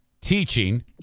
teaching